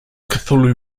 cthulhu